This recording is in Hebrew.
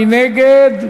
מי נגד?